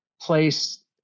place